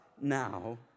now